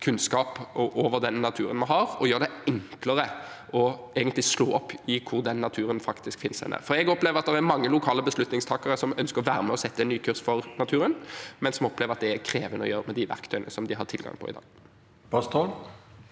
kunnskap om den naturen vi har, og gjør det enklere å slå opp hvor den naturen faktisk finnes. Jeg opplever at det er mange lokale beslutningstakere som ønsker å være med og sette en ny kurs for naturen, men som opplever at det er krevende å gjøre med de verktøyene som de har tilgang på i dag.